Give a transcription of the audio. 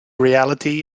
reality